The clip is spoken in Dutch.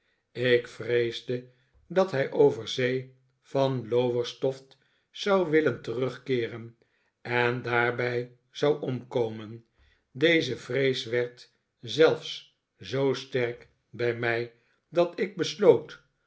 ik vreesde dat hij over zee van lowestoft zou willen terugkeeren en daarbij zou omkomen deze vrees werd zelfs zoo sterk bij mij dat ik besloot